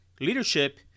leadership